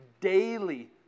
Daily